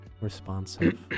responsive